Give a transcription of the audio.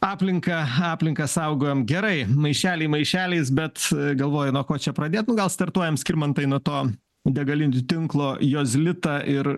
aplinką aplinką saugojom gerai maišeliai maišeliais bet galvoju nuo ko čia pradėt nu gal startuojam skirmantai nuo to degalinių tinklo jozlita ir